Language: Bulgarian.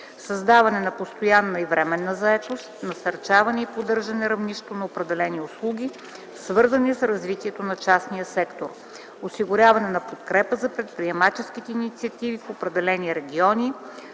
създаване на постоянна и временна заетост; насърчаване и поддържане равнището на определени услуги, свързани с развитието на частния сектор; осигуряване подкрепа на предприемаческите инициативи в определени региони,